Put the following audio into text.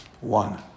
One